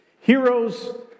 Heroes